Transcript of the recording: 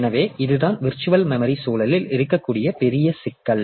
எனவே இதுதான் virtual memory சூழலில் இருக்கக்கூடிய பெரிய சிக்கல்